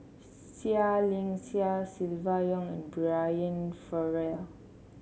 Seah Liang Seah Silvia Yong and Brian Farrell